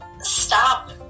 stop